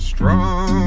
Strong